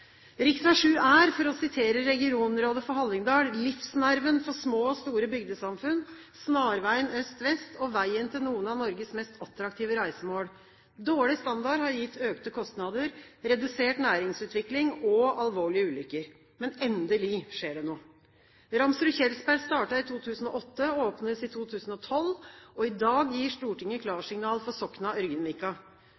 er, for å sitere Regionrådet for Hallingdal, livsnerven for små og store bygdesamfunn, snarveien øst–vest, og veien til noen av Norges mest attraktive reisemål. Dårlig standard har gitt økte kostnader, redusert næringsutvikling og alvorlige ulykker. Endelig skjer det noe. Ramsrud–Kjeldsberg startet i 2008 og åpnes i 2012. I dag